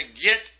get